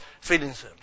feelings